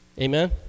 Amen